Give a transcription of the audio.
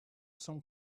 some